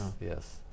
yes